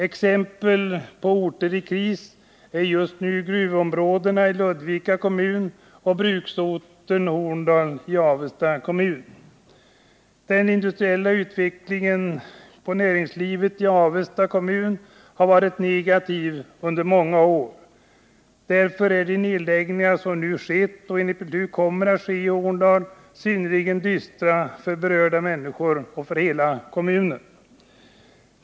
Exempel på orter i kris är just nu gruvområdena i Ludvika kommun och bruksorten Horndal i Avesta kommun. Den industriella utvecklingen inom näringslivet i Avesta kommun har varit negativ under många år. Därför är de nedläggningar som skett och som kommer att ske i Horndal synnerligen dystra för berörda människor och för hela kommunen.